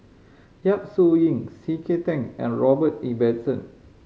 Yap Su Yin C K Tang and Robert Ibbetson